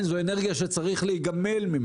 כמו שאמר לי מישהו: יותר זול לי לנסוע לאילת